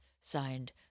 signed